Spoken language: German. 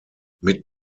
mit